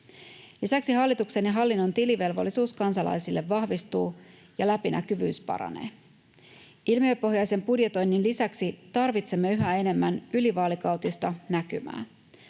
Lisäksi hallituksen ja hallinnon tilivelvollisuus kansalaisille vahvistuu ja läpinäkyvyys paranee. Ilmiöpohjaisen budjetoinnin lisäksi tarvitsemme yhä enemmän ylivaalikautista näkymää.